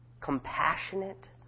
compassionate